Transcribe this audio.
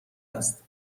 است